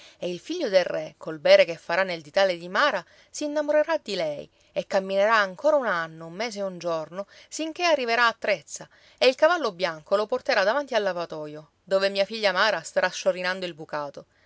e il figlio del re col bere che farà nel ditale di mara si innamorerà di lei e camminerà ancora un anno un mese e un giorno sinché arriverà a trezza e il cavallo bianco lo porterà davanti al lavatoio dove mia figlia mara starà sciorinando il bucato